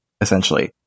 essentially